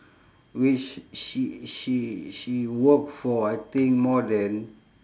which she she she work for I think more than